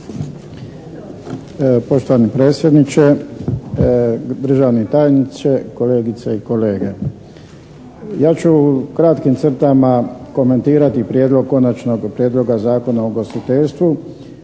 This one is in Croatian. Poštovani predsjedniče, državni tajniče, kolegice i kolege! Ja ću u kratkim crtama komentirati Prijedlog konačnog prijedloga Zakona o ugostiteljstvu